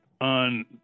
on